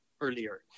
earlier